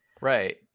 Right